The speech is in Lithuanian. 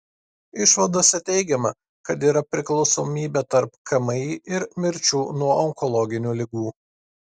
išvadose teigiama kad yra priklausomybė tarp kmi ir mirčių nuo onkologinių ligų